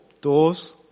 doors